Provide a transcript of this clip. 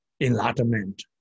enlightenment